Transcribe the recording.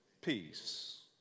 Peace